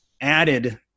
added